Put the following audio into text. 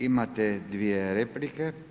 Imate dvije replike.